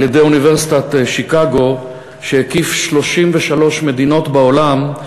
על-ידי אוניברסיטת שיקגו, שהקיף 33 מדינות בעולם,